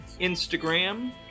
Instagram